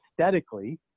aesthetically